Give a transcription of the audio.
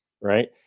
right